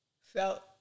felt